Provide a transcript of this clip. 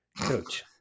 Coach